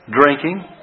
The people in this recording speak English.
drinking